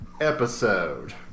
episode